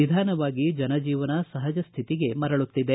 ನಿಧಾನವಾಗಿ ಜನಜೀವನ ಸಹಜ ಸ್ಹಿತಿಗೆ ಮರಳುತ್ತಿದೆ